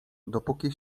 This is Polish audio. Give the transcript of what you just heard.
dopóki